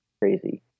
crazy